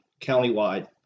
countywide